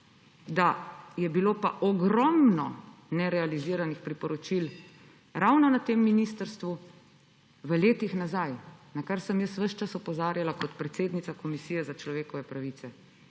da je bilo ogromno nerealiziranih priporočil ravno na tem ministrstvu v letih nazaj, na kar sem jaz ves čas opozarjala kot predsednica komisije za človekove pravice.